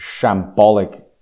shambolic